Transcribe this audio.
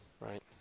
Right